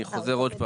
אני חוזר עוד פעם.